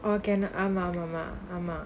organic ahmad மாமா:mama mah